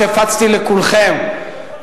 שהפצתי לכולכם,